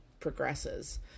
progresses